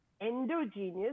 Endogenous